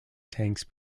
tanks